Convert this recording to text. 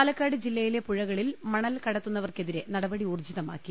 പാലക്കാട് ജില്ലയിലെ പുഴകളിൽ മണൽകടത്തുന്നവർക്കെതിരെ നട പടി ഊർജ്ജിതമാക്കി